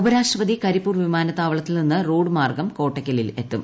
ഉപരാഷ്ട്രപതി കരിപ്പൂർ വിമാനത്താവളത്തിൽ നിന്ന് റോഡ് മാർഗം കോട്ടക്കലിൽ എത്തും